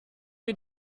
mir